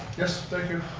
yes, thank you.